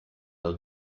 will